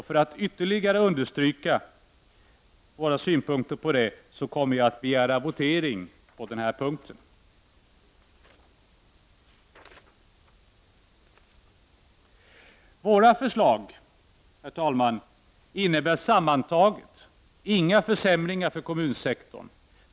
För att ytterligare understryka våra synpunkter på detta kommer jag att begära votering på denna punkt. Våra förslag innebär, herr talman, sammantaget inga försämringar för kommunsektorn.